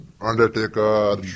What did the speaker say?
Undertaker